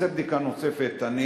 אני